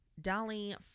Dolly